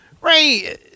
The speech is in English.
Ray